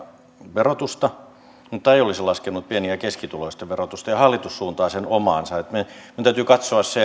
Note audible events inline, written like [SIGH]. verotusta mutta ei olisi laskenut pieni ja ja keskituloisten verotusta ja hallitus suuntaa sen omaansa minun täytyy katsoa se [UNINTELLIGIBLE]